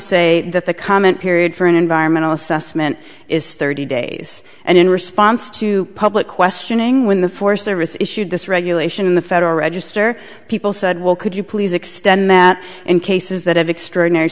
say that the comment period for an environmental assessment is thirty days and in response to public questioning when the forest service issued this regulation in the federal register people said well could you please extend that in cases that have extraordinary